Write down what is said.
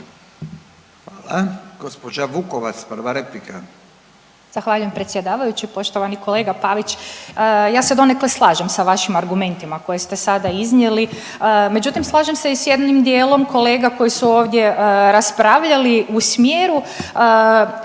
Hvala. Gospođa Vukovac, prva replika.